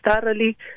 thoroughly